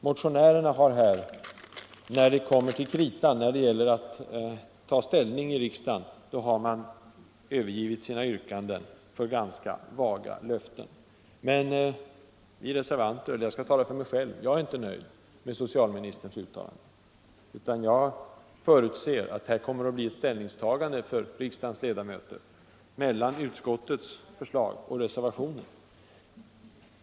Motionärerna har här —- när det kommer till kritan, när det gäller att ta ställning i riksdagen — sprungit ifrån sina yrkanden för ganska vaga löften. Men jag är inte nöjd med socialministerns uttalande utan jag förutser att riksdagens ledamöter här får ta ställning mellan utskottsmajoritetens förslag och reservanternas.